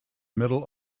middle